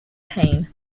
pain